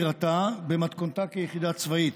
במתכונתה כיחידה צבאית